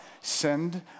send